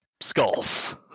skulls